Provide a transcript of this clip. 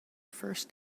first